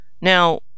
Now